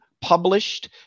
published